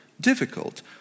difficult